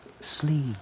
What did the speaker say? Sleep